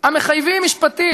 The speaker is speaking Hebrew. המחייבים משפטית,